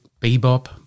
bebop